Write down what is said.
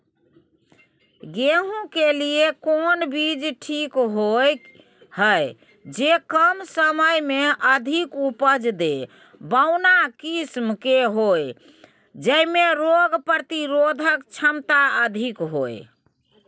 गेहूं के लिए कोन बीज ठीक होय हय, जे कम समय मे अधिक उपज दे, बौना किस्म के होय, जैमे रोग प्रतिरोधक क्षमता अधिक होय?